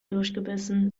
durchgebissen